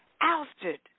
ousted